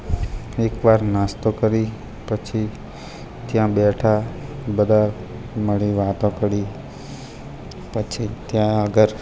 એકવાર નાસ્તો કરી પછી ત્યાં બેઠા બધા મળી વાતો કરી પછી ત્યાં આગળ